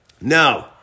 No